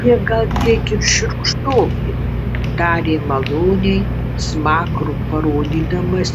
jie gal kiek ir šiurkštoki tarė maloniai smakru parodydamas